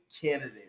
candidate